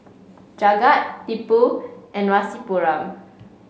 Jagat Tipu and Rasipuram